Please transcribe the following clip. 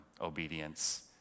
obedience